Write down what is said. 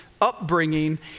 upbringing